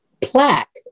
plaque